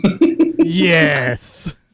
yes